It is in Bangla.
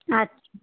আচ্ছা